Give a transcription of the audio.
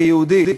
כיהודי,